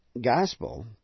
gospel